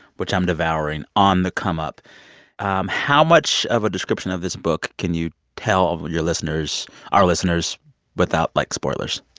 which i'm devouring, on the come up um how much of a description of this book can you tell your listeners our listeners without, like, spoilers?